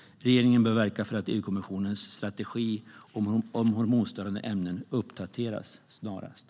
Regeringen bör verka för att EU-kommissionens strategi om hormonstörande ämnen uppdateras snarast.